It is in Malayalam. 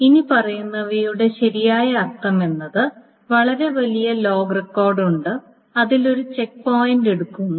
ഇനിപ്പറയുന്നവയുടെ ശരിയായ അർത്ഥം എന്നത് വളരെ വലിയ ലോഗ് റെക്കോർഡ് ഉണ്ട് അതിൽ ഒരു ചെക്ക് പോയിന്റ് എടുക്കുന്നു